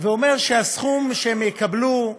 ואומר שהסכום שהם יקבלו,